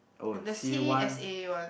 on the c_a s_a one